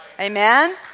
Amen